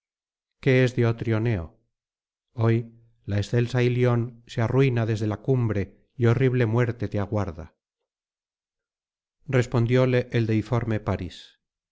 qué es de otrioneo hoy la excelsa uión se arruina desde la cumbre y horrible muerte te aguarda respondióle el deiforme parís